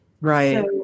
right